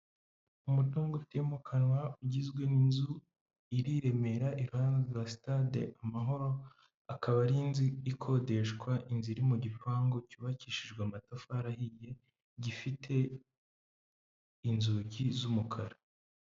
Umutungo utimukanwa ugizwe n'inzu iri i Remera iruhande sitade amahoro, akaba ari inzu ikodeshwa, inzu iri mu gipangu cyubakishijwe amatafari ahiye gifite inzugi z'umukara.